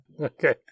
Okay